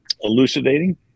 elucidating